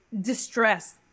distress